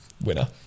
winner